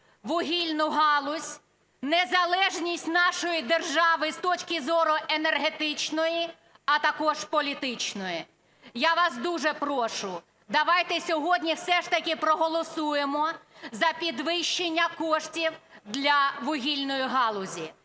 вугільну галузь, незалежність нашої держави з точки зору енергетичної, а також політичної. Я вас дуже прошу, давайте сьогодні все ж таки проголосуємо за підвищення коштів для вугільної галузі.